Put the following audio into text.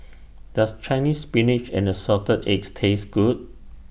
Does Chinese Spinach and Assorted Eggs Taste Good